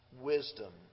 wisdom